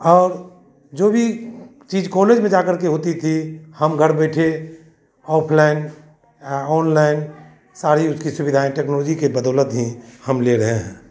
और जो भी चीज़ कॉलेज में जा करके होती थी हम घर बैठे ऑफलाइन ऑनलाइन सारी उसकी सुविधाएँ टेक्नोलॉजी के बदौलत ही हम ले रहे हैं